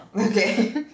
Okay